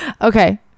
okay